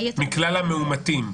מכלל המאומתים.